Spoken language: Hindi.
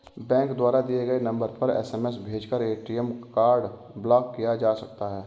बैंक द्वारा दिए गए नंबर पर एस.एम.एस भेजकर ए.टी.एम कार्ड ब्लॉक किया जा सकता है